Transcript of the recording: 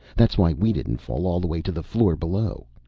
that's why we didn't fall all the way to the floor below.